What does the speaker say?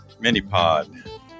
Minipod